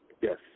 Yes